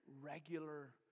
regular